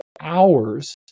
hours